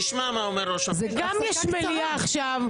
תשמע מה אומר ראש הממשלה --- גם יש מליאה עכשיו.